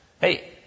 hey